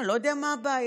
אני לא יודע מה הבעיה.